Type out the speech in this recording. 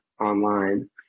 online